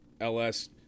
LS